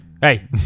Hey